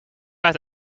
werd